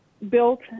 built